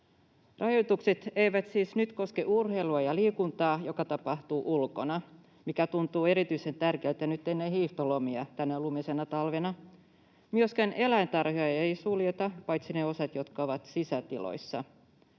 Rajoitukset eivät siis nyt koske urheilua ja liikuntaa, joka tapahtuu ulkona, mikä tuntuu erityisen tärkeältä nyt ennen hiihtolomia tänä lumisena talvena. Myöskään eläintarhoja ei suljeta, paitsi ne osat, jotka ovat sisätiloissa.